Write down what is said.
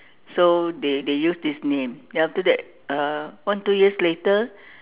so they they use this name then after that uh one two years later